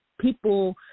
people